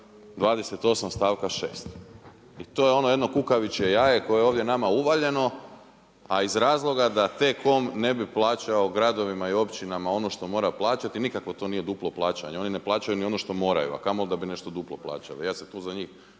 28. stavka 6. i to je jedno kukavičje jaje koje je nama ovdje uvaljeno, a iz razloga da T-com ne bi plaćao gradovima i općinama ono što mora plaćati i nikako to nije duplo plaćanje. Oni ne plaćaju ni ono što moraju, a kamoli da bi nešto duplo plaćali. Ja se tu za njih